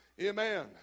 Amen